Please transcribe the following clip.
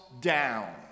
down